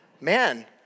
Man